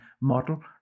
model